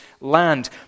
land